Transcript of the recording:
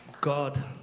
God